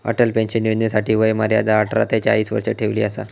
Atal pension योजनेसाठी वय मर्यादा अठरा ते चाळीस वर्ष ठेवली असा